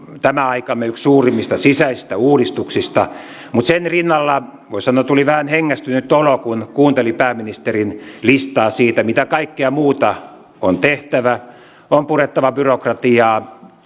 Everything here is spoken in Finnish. tämän aikamme yksi suurimmista sisäisistä uudistuksista sen rinnalla voisi sanoa että tuli vähän hengästynyt olo kun kuunteli pääministerin listaa siitä mitä kaikkea muuta on tehtävä on purettava byrokratiaa